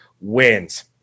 wins